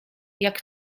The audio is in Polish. jak